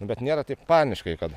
bet nėra taip paniškai kad